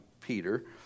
Peter